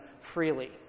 freely